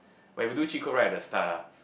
when you do cheat code right they will start lah